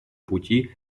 пути